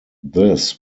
this